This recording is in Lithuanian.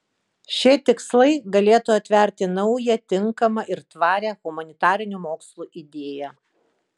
šie tikslai galėtų atverti naują tinkamą ir tvarią humanitarinių mokslų idėją